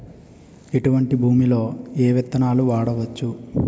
ఎటువంటి భూమిలో ఏ విత్తనాలు వాడవచ్చు?